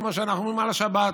כמו שאנחנו אומרים על השבת,